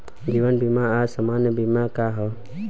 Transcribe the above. जीवन बीमा आ सामान्य बीमा का ह?